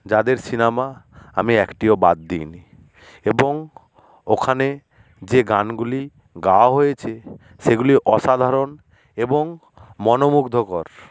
যাদের সিনেমা আমি একটিও বাদ দিইনি এবং ওখানে যে গানগুলি গাওয়া হয়েছে সেগুলি অসাধারণ এবং মনোমুগ্ধকর